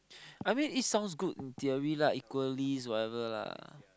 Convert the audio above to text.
I mean it sounds good in theory lah equalist whatever lah